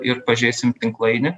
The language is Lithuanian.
ir pažeisim tinklainę